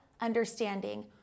understanding